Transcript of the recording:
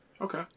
Okay